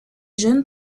jeunes